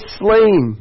slain